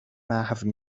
محو